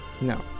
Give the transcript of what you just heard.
No